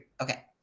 Okay